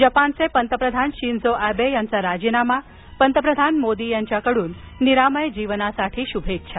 जपानचेपंतप्रधान Shinzo Abe यांचा राजीनामा पंतप्रधान मोदी यांच्याकडून निरामयजीवनासाठी शुभेच्छा